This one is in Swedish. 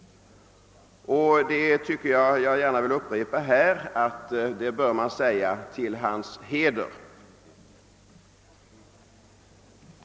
Jag vill gärna upprepa att detta bör framhållas till hans heder.